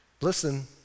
listen